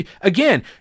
Again